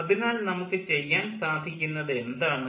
അതിനാൽ നമുക്ക് ചെയ്യുവാൻ സാധിക്കുന്നത് എന്താണ്